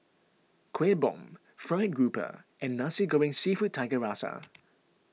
Kueh Bom Fried Grouper and Nasi Goreng Seafood Tiga Rasa